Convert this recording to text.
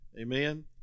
Amen